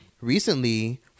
recently